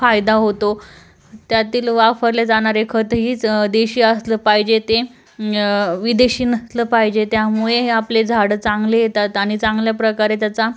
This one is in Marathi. फायदा होतो त्यातील वापरले जाणारे खतही देशी असलं पाहिजे ते विदेशी नसलं पाहिजे त्यामुळे आपले झाडं चांगले येतात आणि चांगल्या प्रकारे त्याचा